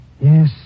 Yes